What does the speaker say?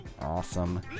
Awesome